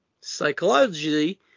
psychologically